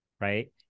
right